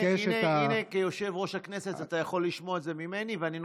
הינה, אתה יכול לשמוע את זה ממני כיושב-ראש הכנסת.